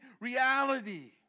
reality